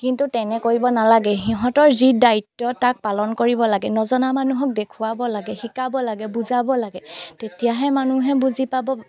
কিন্তু তেনে কৰিব নালাগে সিহঁতৰ যি দায়িত্ব তাক পালন কৰিব লাগে নজনা মানুহক দেখুৱাব লাগে শিকাব লাগে বুজাব লাগে তেতিয়াহে মানুহে বুজি পাব